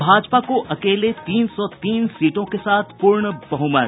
भाजपा को अकेले तीन सौ तीन सीटों के साथ पूर्ण बहमत